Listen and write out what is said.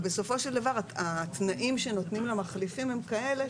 בסופו של דבר התנאים שנותנים למחליפים הם כאלה,